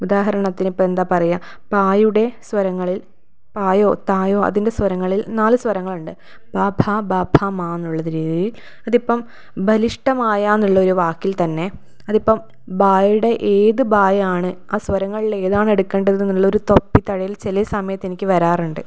ഉദാഹരണത്തിന് ഇപ്പം എന്താണ് പറയുക പായുടെ സ്വരങ്ങളിൽ പായോ തായോ അതിൻ്റെ സ്വരങ്ങളിൽ നാല് സ്വരങ്ങൾ ഉണ്ട് പ ഫ ബ ഭ മ എന്നുള്ള രീതിയിൽ അതിപ്പം ബലിഷ്ഠമായ എന്നൊരു വാക്കിൽ തന്നെ അതിപ്പം ബ യുടെ ഏത് ബായാണ് ആ സ്വരങ്ങളിൽ ഏതാണ് എടുക്കേണ്ടത് എന്നുള്ള ഒരു തപ്പിത്തഴയൽ ചില സമയത്ത് എനിക്ക് വരാറുണ്ട്